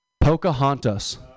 Pocahontas